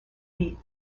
beat